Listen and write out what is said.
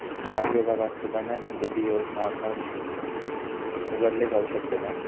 डाक विभागात सुकन्या समृद्धी योजना अकाउंट उघडले जाऊ शकते का?